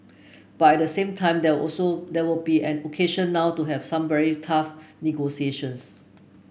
but at the same time there also there will be an occasion now to have some very tough negotiations